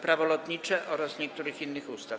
Prawo lotnicze oraz niektórych innych ustaw.